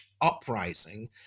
uprising